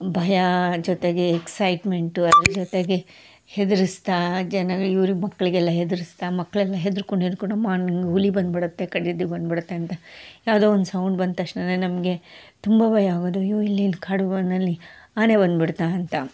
ಭಯ ಜೊತೆಗೆ ಎಕ್ಸೈಟ್ಮೆಂಟು ಅದ್ರ ಜೊತೆಗೆ ಹೆದ್ರ್ಸ್ತಾ ಜನಗಳು ಇವ್ರಿಗೆ ಮಕ್ಕಳಿಗೆಲ್ಲ ಹೆದ್ರ್ಸ್ತಾ ಮಕ್ಕಳೆಲ್ಲ ಹೆದ್ರ್ಕೊಂಡು ಹೆದ್ರ್ಕೊಂಡು ಅಮ್ಮ ನಂಗೆ ಹುಲಿ ಬಂದ್ಬಿಡತ್ತೆ ಕರಡಿ ಬಂದ್ಬಿಡತ್ತೆ ಅಂತ ಯಾವುದೋ ಒಂದು ಸೌಂಡ್ ಬಂದ ತಕ್ಷಣಾನೆ ನಮಗೆ ತುಂಬಾ ಭಯ ಆಗೋದು ಅಯ್ಯೋ ಇಲ್ಲೆಲ್ಲಿ ಕಾಡು ಬನಲ್ಲಿ ಆನೆ ಬಂದ್ಬಿಡ್ತಾ ಅಂತ